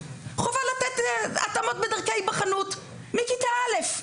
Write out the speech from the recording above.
חובה לתת התאמות בדרכי היבחנות מכיתה א'.